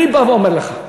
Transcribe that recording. אני בא ואומר לך: